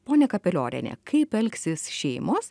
pone kapelioriene kaip elgsis šeimos